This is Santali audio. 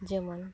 ᱡᱮᱢᱚᱱ